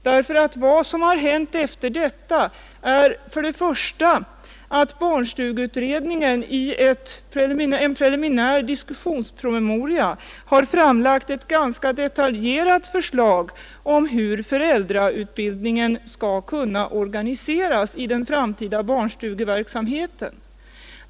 Det har nämligen hänt en del efter detta. För det första har barnstugeutredningen i en preliminär diskussions promemoria framlagt ett förslag om hur föräldrautbildningen skall kunna organiseras i den framtida barnstugeverksamheten.